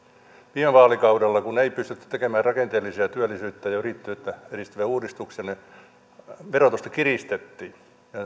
viime vaalikaudella kun ei pystytty tekemään rakenteellisia työllisyyttä ja yrittäjyyttä edistäviä uudistuksia verotusta kiristettiin ja